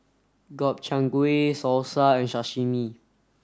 Gobchang Gui Salsa and Sashimi